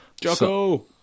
jocko